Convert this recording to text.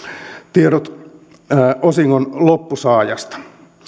tiedot osingon loppusaajasta